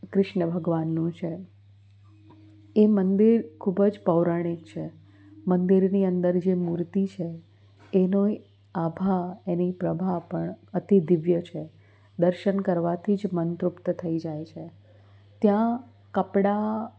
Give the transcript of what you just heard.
ક્રિશ્ન ભગવાનનું છે એ મંદિર ખૂબ જ પૌરાણિક છે મંદિરની અંદર જે મૂર્તિ છે એનો આભા એની પ્રભા પણ અતિ દિવ્ય છે દર્શન કરવાથી જ મન તૃપ્ત થઈ જાય છે ત્યાં કપડા